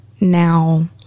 now